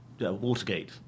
Watergate